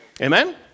Amen